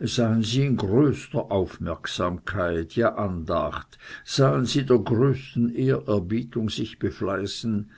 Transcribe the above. sahen sie in größter aufmerksamkeit ja andacht sahen sie der größten ehrerbietung sich befleißen